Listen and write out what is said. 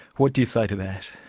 what do you say to that?